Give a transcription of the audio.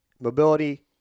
mobility